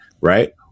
right